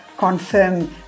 confirm